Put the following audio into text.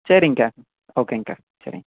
சரிங்க்கா ஓகேங்க்கா சரிங்க